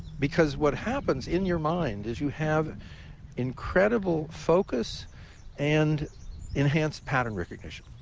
because what happens in your mind is you have incredible focus and enhanced pattern recognition.